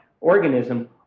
organism